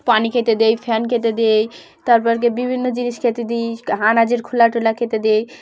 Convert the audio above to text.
পানি খেতে দিই ফ্যান খেতে দেই তারপরকে বিভিন্ন জিনিস খেতে দিই আনাজের খোলা টোলা খেতে দিই